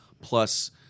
Plus